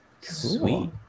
Sweet